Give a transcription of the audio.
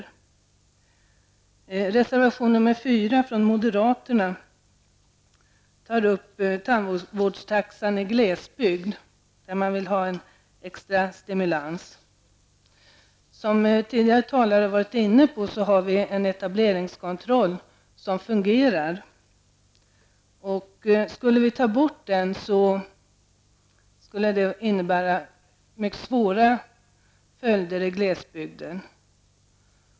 I reservation nr 4 tar moderaterna upp frågan om tandvårdstaxan i glesbygd och föreslår där en extra stimulans. Som tidigare talare varit inne på har vi en etableringskontroll som fungerar. Om vi tog bort etableringskontrollen skulle det få svåra följder i glesbygden.